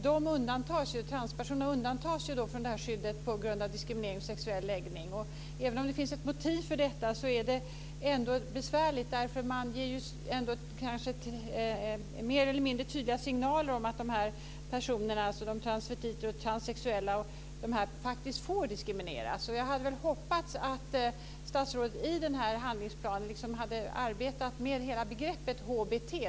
De undantas från skyddet mot diskriminering på grund av sexuell läggning. Även om det finns ett motiv för detta så är det besvärligt. Man ger ju mer eller mindre tydliga signaler om att de här personerna, dvs. transvestiter och transsexuella, faktiskt får diskrimineras. Jag hade hoppats att statsrådet i handlingsplanen hade arbetat med hela begreppet HBT.